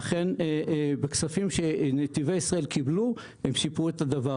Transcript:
אכן, בכספים שנתיבי ישראל קיבלו, הם שיפרו את זה.